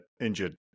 injured